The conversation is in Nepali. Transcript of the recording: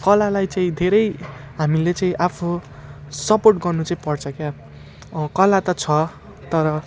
कलालाई चाहिँ धेरै हामीले चाहिँ आफू सपोर्ट गर्नु चाहिँ पर्छ क्या कला त छ तर